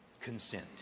consent